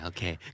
Okay